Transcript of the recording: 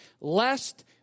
lest